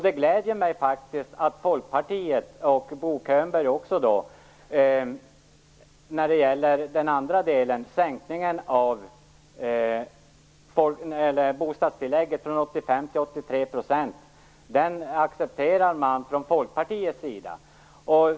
Det gläder mig faktiskt att Folkpartiet inklusive Bo Könberg accepterar den andra delen, sänkningen av bostadstillägget från 85 till 83 %.